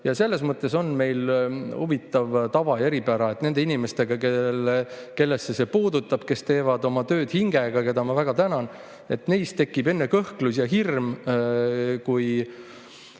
Selles mõttes on meil huvitav tava ja eripära, et nendes inimestes, keda see puudutab, kes teevad oma tööd hingega, keda ma väga tänan, tekib enne kõhklus ja hirm. See